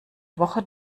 woche